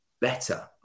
better